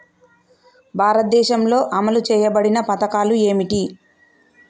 భారతదేశంలో అమలు చేయబడిన పథకాలు ఏమిటి?